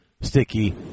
sticky